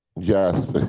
Yes